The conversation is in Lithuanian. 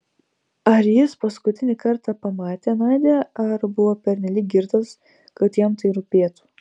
ar jis paskutinį kartą pamatė nadią ar buvo pernelyg girtas kad jam tai rūpėtų